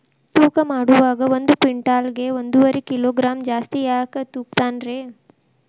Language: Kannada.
ತೂಕಮಾಡುವಾಗ ಒಂದು ಕ್ವಿಂಟಾಲ್ ಗೆ ಒಂದುವರಿ ಕಿಲೋಗ್ರಾಂ ಜಾಸ್ತಿ ಯಾಕ ತೂಗ್ತಾನ ರೇ?